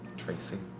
tracy?